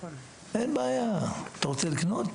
אין בעיה, אתה רוצה לקנות?